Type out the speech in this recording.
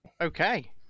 Okay